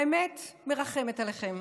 האמת, מרחמת עליכם.